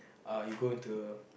uh you go into